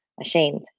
ashamed